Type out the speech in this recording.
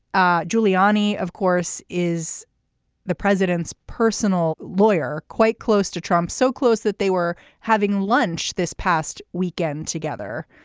ah giuliani of course is the president's personal lawyer quite close to trump so close that they were having lunch this past weekend together.